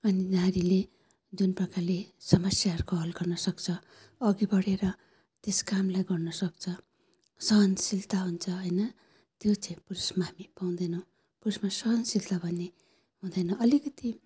अनि नारीले जुन प्रकारले समस्याहरूको हल गर्न सक्छ अघि बढेर त्यस कामलाई गर्न सक्छ सहनशीलता हुन्छ होइन त्यो चाहिँ पुरुषमा हामी पाउँदैनौँ पुरुषमा सहनशीलता भन्ने हुँदैन अलिकति